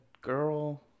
girl